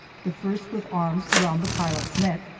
the first with arms around the pilot's neck,